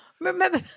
Remember